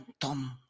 Tom